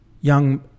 young